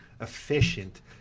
efficient